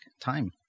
time